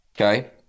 okay